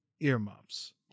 earmuffs